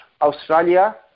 Australia